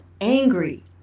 angry